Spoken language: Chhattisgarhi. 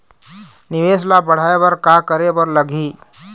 निवेश ला बढ़ाय बर का करे बर लगही?